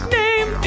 name